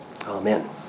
Amen